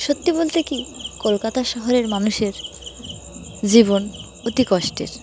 সত্যি বলতে কি কলকাতা শহরের মানুষের জীবন অতি কষ্টের